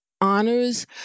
honors